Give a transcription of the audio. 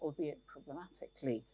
albeit problematically,